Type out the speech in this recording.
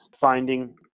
finding